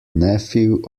nephew